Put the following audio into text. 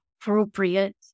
appropriate